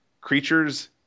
creatures